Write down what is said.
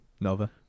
Nova